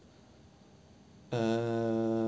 uh